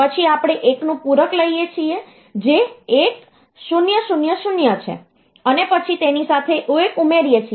પછી આપણે 1 નું પૂરક લઈએ છીએ જે 1000 છે અને પછી તેની સાથે 1 ઉમેરીએ છીએ